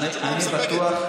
אם התשובה מספקת,